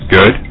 Good